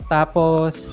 Tapos